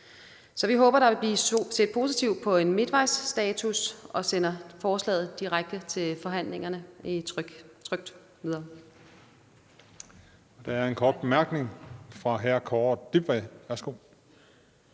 Så vi håber, der vil blive set positivt på en midtvejsstatus, og sender trygt forslaget direkte til de videre